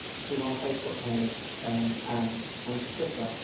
to our facebook page um and and to twitter.